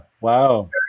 Wow